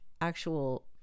actual